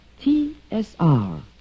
T-S-R